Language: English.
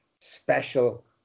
special